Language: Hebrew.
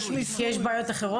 כי יש בעיות אחרות?